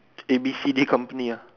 A B C D company ah